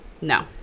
No